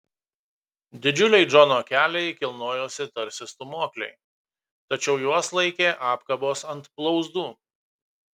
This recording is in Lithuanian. didžiuliai džono keliai kilnojosi tarsi stūmokliai tačiau juos laikė apkabos ant blauzdų